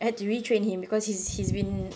I had to retrain him because he's he's been